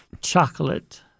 Chocolate